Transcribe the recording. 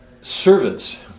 servants